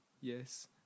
yes